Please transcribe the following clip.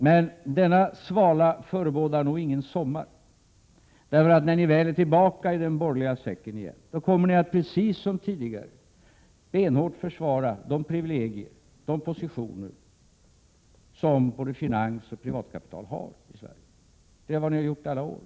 Men denna svala förebådar nog ingen sommar, för när ni väl är tillbaka i den borgerliga säcken igen kommer ni att precis som tidigare benhårt försvara de privilegier och positioner som både finansoch privatkapital har i Sverige. Det är vad ni har gjort i alla år.